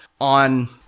on